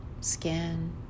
scan